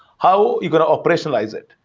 how you're going to operationalize it?